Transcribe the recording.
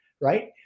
Right